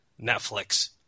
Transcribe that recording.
Netflix